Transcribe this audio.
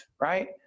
right